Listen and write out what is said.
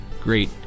great